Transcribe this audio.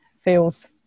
feels